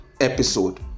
episode